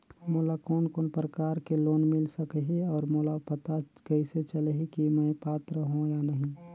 मोला कोन कोन प्रकार के लोन मिल सकही और मोला पता कइसे चलही की मैं पात्र हों या नहीं?